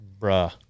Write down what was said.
bruh